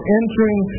entering